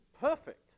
perfect